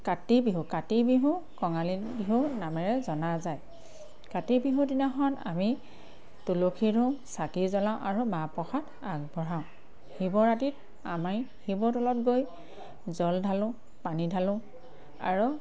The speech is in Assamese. কাতি বিহু কাতি বিহু কঙালী বিহু নামেৰে জনা যায় কাতি বিহুৰ দিনাখন আমি তুলসী ৰুওঁ চাকি জ্বলাওঁ আৰু মাহ প্ৰসাদ আগবঢ়াওঁ শিৱৰাতিত আমাৰ শিৱৰ তলত গৈ জল ঢালোঁ পানী ঢালোঁ আৰু